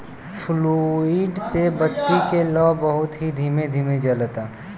fluid से बत्ती के लौं बहुत ही धीमे धीमे जलता